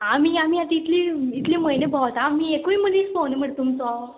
आमी आमी आतां इतली इतले म्हयने भोंवता आमी एकूय मनीस भोंवन मरे तुमचो